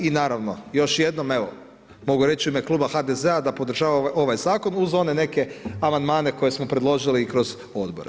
I naravno još jednom evo mogu reći u ime Kluba HDZ-a da podržava ovaj zakon uz one neke amandmane koje smo predložili i kroz odbore.